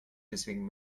deswegen